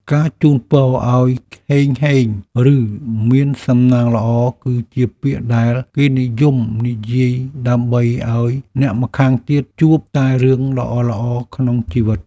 ការជូនពរឱ្យហេងហេងឬមានសំណាងល្អគឺជាពាក្យដែលគេនិយមនិយាយដើម្បីឱ្យអ្នកម្ខាងទៀតជួបតែរឿងល្អៗក្នុងជីវិត។